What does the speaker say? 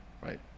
right